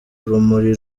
urumuri